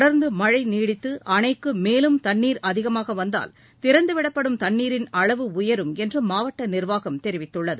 தொடர்ந்து மழை நீடித்து அணைக்கு மேலும் தண்ணீர் அதிகமாக வந்தால் திறந்துவிடப்படும் தண்ணீரின் அளவு உயரும் என்று மாவட்ட நிர்வாகம் தெரிவித்துள்ளது